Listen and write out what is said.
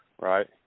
Right